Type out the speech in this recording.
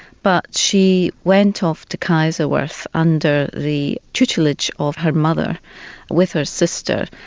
but she went off to kaiserswerth under the tutelage of her mother with her sister,